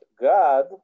God